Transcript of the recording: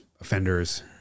offenders